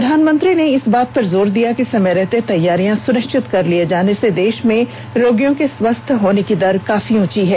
प्रधानमंत्री ने इस बात पर जोर दिया कि समय रहते तैयारियां सुनिश्चित कर लिए जाने से देश में रोगियों के स्वस्थ होने की दर काफी ऊंची है